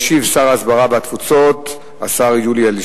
ישיב שר ההסברה והתפוצות, השר יולי אדלשטיין.